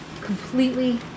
completely